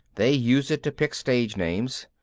they use it to pick stage-names.